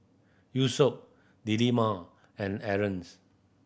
Yusuf Delima and Aarons